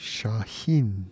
Shahin